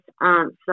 answer